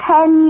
Ten